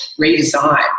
redesign